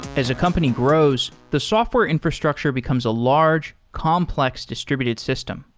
as a company grows, the software infrastructure becomes a large complex distributed system.